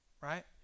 right